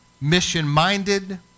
mission-minded